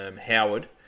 Howard